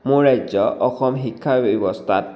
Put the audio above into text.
মোৰ ৰাজ্য অসম শিক্ষা ব্যৱস্থাত